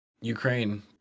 Ukraine